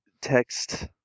text